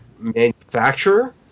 Manufacturer